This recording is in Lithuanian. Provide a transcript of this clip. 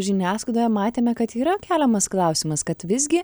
žiniasklaidoje matėme kad yra keliamas klausimas kad visgi